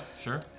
sure